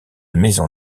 maison